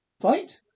Fight